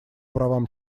правам